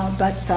but